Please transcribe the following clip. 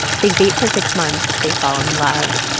they date for six months. they fall in love.